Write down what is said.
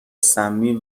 سمی